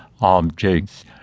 objects